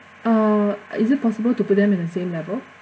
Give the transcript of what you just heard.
uh is it possible to put them in the same level